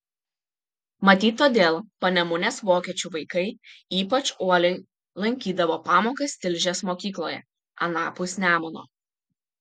matyt todėl panemunės vokiečių vaikai ypač uoliai lankydavo pamokas tilžės mokykloje anapus nemuno